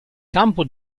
campo